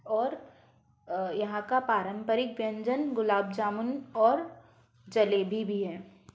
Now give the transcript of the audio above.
और यहाँ का पारम्परिक व्यंजन गुलाब जामुन और जलेबी भी है